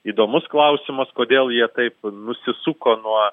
įdomus klausimas kodėl jie taip nusisuko nuo